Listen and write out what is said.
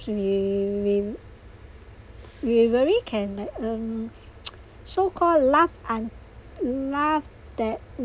we we we really can like um so call laugh un~ laugh that